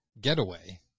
getaway